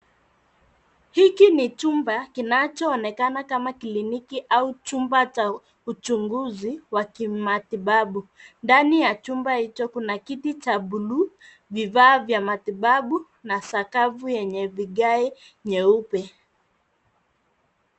Hiki ni chumba kinachoonekana kama kliniki au chumba cha uchunguzi wa kimatibabu. Ndani ya chumba hicho kuna kiti cha buluu, vifaa vya matibabu na sakafu yenye vigae nyeupe.